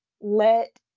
let